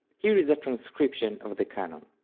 here is a transcription of the canon.